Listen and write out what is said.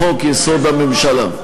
לחוק-יסוד: הממשלה.